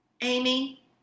Amy